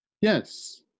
Yes